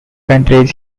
countries